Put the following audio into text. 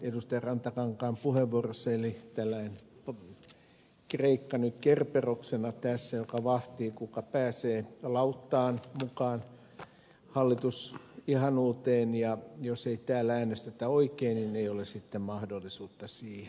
rantakankaan puheenvuorossa eli tällainen kreikka nyt kerberoksena joka vahtii kuka pääsee lauttaan mukaan hallitusihanuuteen ja jos ei täällä äänestetä oikein niin ei ole sitten mahdollisuutta siihen